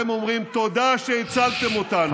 והם אומרים: תודה שהצלתם אותנו.